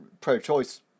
pro-choice